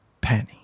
penny